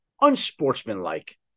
unsportsmanlike